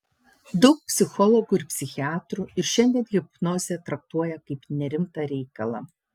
daug psichologų ir psichiatrų ir šiandien hipnozę traktuoja kaip nerimtą reikalą